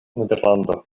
nederlando